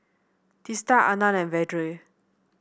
Teesta Anand and Vedre